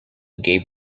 gave